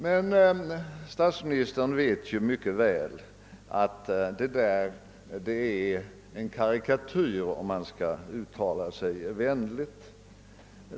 Men statsministern vet mycket väl att det är en karikatyr, milt uttryckt.